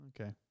Okay